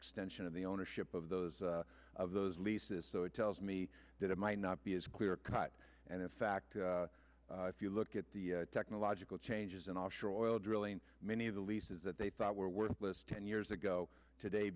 extension of the ownership of those of those leases so it tells me that it might not be as clear cut and in fact if you look at the technological changes in offshore oil drilling many of the leases that they thought were worthless ten years ago today